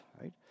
right